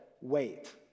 Wait